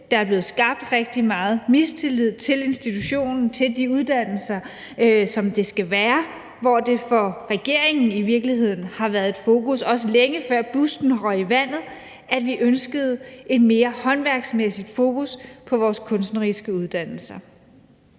der er blevet skabt rigtig meget mistillid til institutionen, til de uddannelser, som der skal være, hvor det for regeringen i virkeligheden har været et ønske, også længe før busten røg i vandet, at vi fik et mere håndværksmæssigt fokus på vores kunstneriske uddannelser.